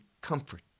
comfort